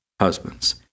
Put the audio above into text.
husbands